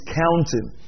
counting